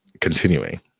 continuing